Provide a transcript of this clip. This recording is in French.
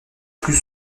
plus